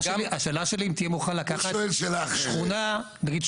השאלה שלי אם תהיה מוכן לקחת שכונה אחרת